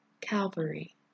Calvary